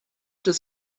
does